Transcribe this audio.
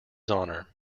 honour